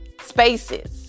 spaces